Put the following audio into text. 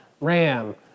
ram